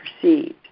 perceived